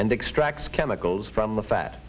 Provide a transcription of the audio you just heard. and extracts chemicals from the fat